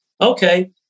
Okay